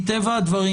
מטבע הדברים,